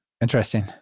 Interesting